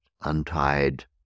untied